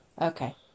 Okay